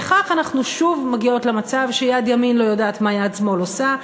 וכך אנחנו שוב מגיעות למצב שיד ימין לא יודעת מה יד שמאל עושה.